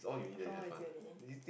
fomo is uni